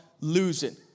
losing